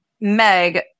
Meg